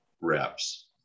reps